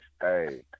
Hey